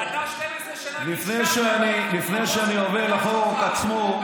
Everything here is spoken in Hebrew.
אתה 12 שנה, לפני שאני עובר לחוק עצמו,